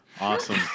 Awesome